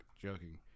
Joking